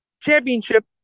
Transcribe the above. championship